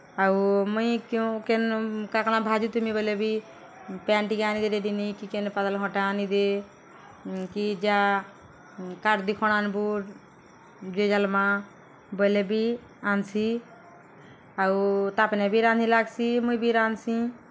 ଆଉ ମୁଇଁ କେଉଁ କେନ୍ କାଁ କଣା ଭାଜୁ ଥିମି ବଏଲେ ବି ପାଏନ୍ ଟିକେ ଆନିଦେରେ ନିନି କି କେନ୍ ପାତଲ୍ଘଣ୍ଟା ଆନି ଦେ କି ଯା କାଠ୍ ଦି ଖଣ୍ ଆନ୍ବୁ ଜଲାମା ବଏଲେ ବି ଆନ୍ସି ଆଉ ତାପ୍ନେ ବି ରାନ୍ଧି ଲାଗ୍ସି ମୁଇଁ ବି ରାନ୍ଧ୍ସି